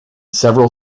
several